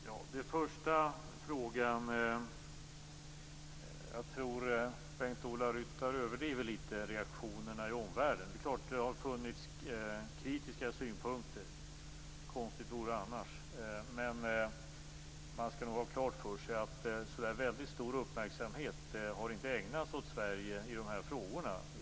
Fru talman! När det gäller den första frågan tror jag att Bengt-Ola Ryttar överdriver litet beträffande reaktionerna i omvärlden. Det är klart att det har funnits kritiska synpunkter, konstigt vore det annars. Men man skall ha klart för sig att det inte har ägnats så väldigt stor uppmärksamhet åt Sverige i dessa frågor.